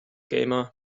gamer